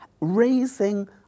raising